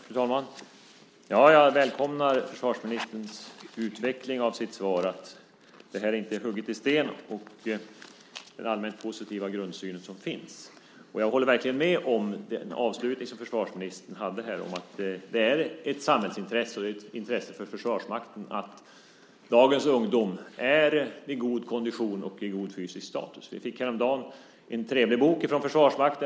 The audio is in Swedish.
Fru talman! Jag välkomnar försvarsministerns utveckling av svaret, att detta inte är hugget i sten, och den allmänt positiva grundsyn som finns. Jag håller verkligen med om att det är ett samhällsintresse och ett intresse för Försvarsmakten att dagens ungdom är i god kondition och har god fysisk status. Vi fick häromdagen en trevlig bok från Försvarsmakten.